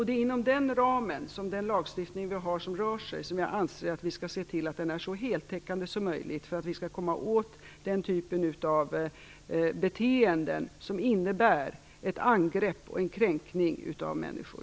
Det är inom den ramen som jag anser att vi skall se till att den lagstiftning som vi har blir så heltäckande som möjligt för att vi skall komma åt den typen av beteenden som innebär ett angrepp på och en kränkning av människor.